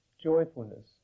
joyfulness